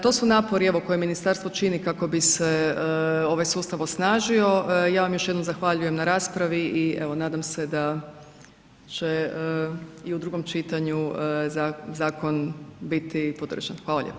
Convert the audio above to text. To su napori koje ministarstvo čini kako bi se ovaj sustav osnažio, ja vam još jednom zahvaljujem na raspravi i evo nadam se da će i u drugom čitanju zakon biti podržan, hvala lijepa.